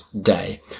day